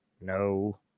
no